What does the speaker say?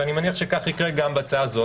אני מניח שיקרה גם בהצעה הזאת.